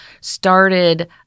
started